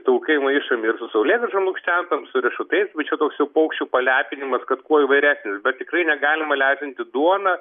taukai maišomi ir su saulėgrąžom lukštentom su riešutais bet čia toks jau paukščių palepinimas kad kuo įvairesnis bet tikrai negalima lesinti duona